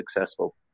successful